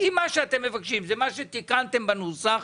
אם מה שאתם מבקשים זה מה שתיקנתם בנוסח,